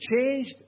changed